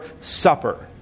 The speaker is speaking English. supper